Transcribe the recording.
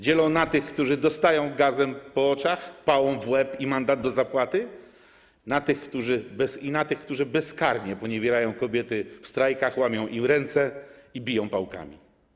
Dzielą na tych, którzy dostają gazem po oczach, pałą w łeb i mandat do zapłaty, i na tych, którzy bezkarnie poniewierają kobiety w strajkach, łamią im ręce i biją pałkami.